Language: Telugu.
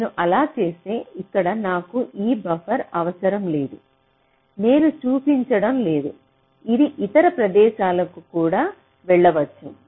నేను అలా చేస్తే ఇక్కడ నాకు ఈ బఫర్ అవసరం లేదు నేను చూపించడం లేదు ఇది ఇతర ప్రదేశాలకు కూడా వెళ్ళవచ్చు